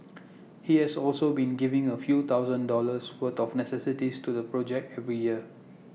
he has also been giving A few thousand dollars worth of necessities to the project every year